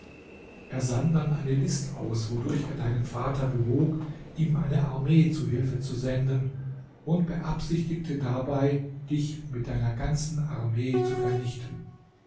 er sann dann die list aus wodurch er deinen vater bewog ihm eine armee zu hilfe zu senden und beabsichtigte dabei dich mit deiner ganzen armee zu vernichten